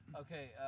Okay